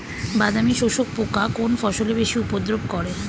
বাদামি শোষক পোকা কোন ফসলে বেশি উপদ্রব করে?